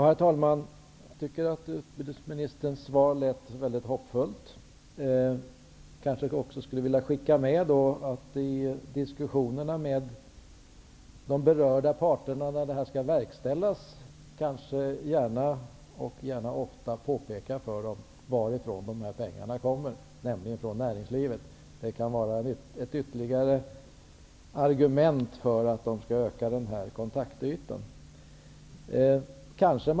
Herr talman! Jag tycker att utbildningsministerns svar lät mycket hoppfullt. Jag skulle också vilja skicka med att man när detta skall verkställas i diskussionerna med de berörda parterna gärna påpekar, och gör det ofta, varifrån dessa pengar kommer, nämligen från näringslivet. Det kan vara ett ytterligare argument för att de skall öka kontaktytan.